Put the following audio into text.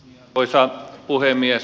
arvoisa puhemies